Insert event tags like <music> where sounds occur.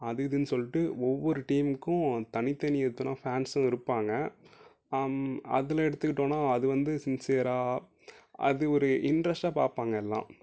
அது இதுன்னு சொல்லிவிட்டு ஒவ்வொரு டீமுக்கும் தனித்தனி <unintelligible> ஃபேன்ஸ்சும் இருப்பாங்க அதில் எடுத்துக்கிட்டோன்னால் அது வந்து சின்சியராக அது ஒரு இன்ட்ரஸ்ட்டாக பார்ப்பாங்க எல்லாம்